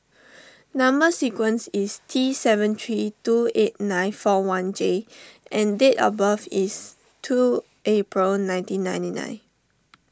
Number Sequence is T seven three two eight nine four one J and date of birth is two April nineteen ninety nine